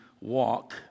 walk